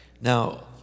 Now